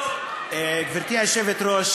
גברתי היושבת-ראש,